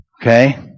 okay